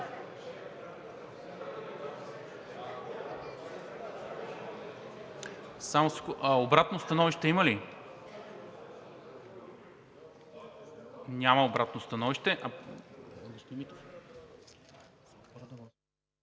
Обратно становище има ли? Няма обратно становище.